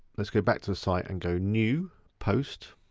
let's go back to the site and go new, post.